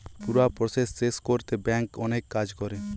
পুরা প্রসেস শেষ কোরতে ব্যাংক অনেক কাজ করে